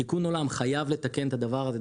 תיקון עולם חייב לתקן את הדבר הזה.